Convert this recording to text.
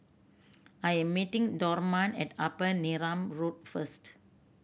I am meeting Dorman at Upper Neram Road first